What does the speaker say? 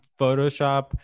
Photoshop